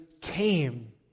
came